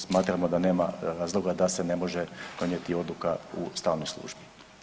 Smatramo da nema razloga da se ne može donijeti odluka u stalnoj službi.